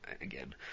again